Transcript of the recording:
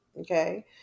Okay